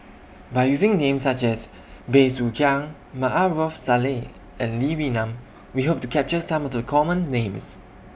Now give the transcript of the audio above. By using Names such as Bey Soo Khiang Maarof Salleh and Lee Wee Nam We Hope to capture Some of The commons Names